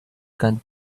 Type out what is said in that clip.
can